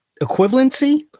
equivalency